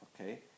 Okay